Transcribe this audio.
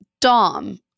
Dom